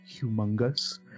humongous